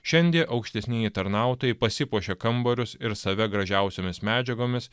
šiandie aukštesnieji tarnautojai pasipuošė kambarius ir save gražiausiomis medžiagomis